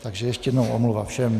Takže ještě jednou omluva všem.